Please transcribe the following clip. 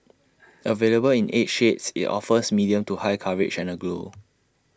available in eight shades IT offers medium to high coverage and A glow